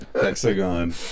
hexagon